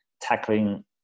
tackling